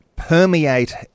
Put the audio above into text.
permeate